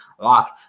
lock